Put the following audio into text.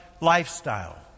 lifestyle